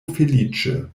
feliĉe